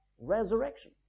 resurrection